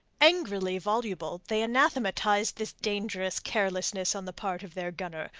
angrily voluble they anathematized this dangerous carelessness on the part of their gunner,